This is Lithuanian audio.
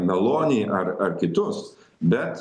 meloni ar ar kitus bet